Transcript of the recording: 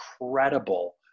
incredible